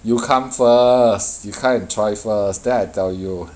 you come first you come and try first then I tell you